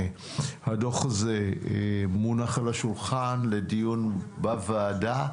הדוח הזה מונח על השולחן לדיון בוועדה.